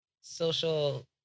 social